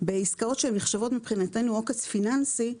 בעסקאות שנחשבות מבחינתנו עוקץ פיננסי,